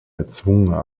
erzwungene